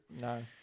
no